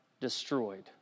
destroyed